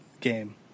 game